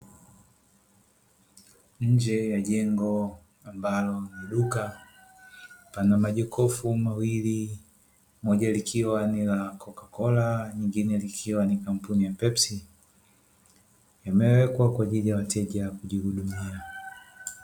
Nje ya jengo ambalo ni duka pana majokofu mawili moja likiwa ni la ''cocacola'' nyingine likiwa ni kampuni ya ''pepsi'' limewekwa kwa ajili ya wateja kujihudumia.